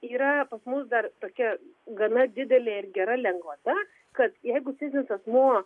yra pas mus dar tokia gana didelė ir gera lengvata kad jeigu fizinis asmuo